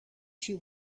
she